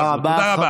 תודה רבה.